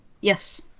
Yes